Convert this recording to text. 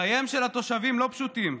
חייהם של התושבים לא פשוטים,